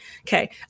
Okay